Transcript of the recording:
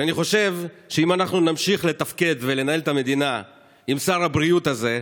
אני חושב שאם אנחנו נמשיך לתפקד ולנהל את המדינה עם שר הבריאות הזה,